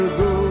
go